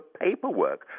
paperwork